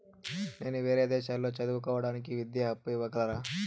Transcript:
నేను వేరే దేశాల్లో చదువు కోవడానికి విద్యా అప్పు ఇవ్వగలరా?